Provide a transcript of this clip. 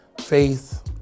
Faith